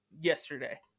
yesterday